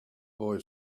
boy